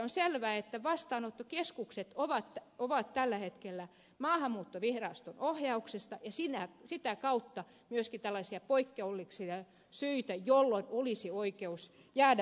on selvää että vastaanottokeskukset ovat tällä hetkellä maahanmuuttoviraston ohjauksessa ja sitä kautta on myöskin tällaisia poikkeuksellisia syitä jolloin olisi oikeus jäädä vastaanottojärjestelmään